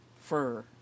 fur